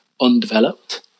undeveloped